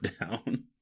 down